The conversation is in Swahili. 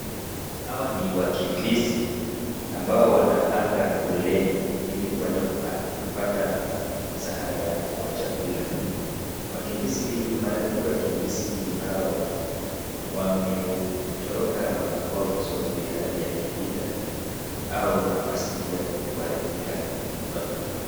Hawa ni wakimbizi, ambao wanapanga foleni, ili kuenda kupata msaada wa chakula. Mara mingi wakimbizi hao wametoroka makwao, kwa sababu ya hali ya kivita au mazingira kuharibika waliko.